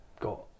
got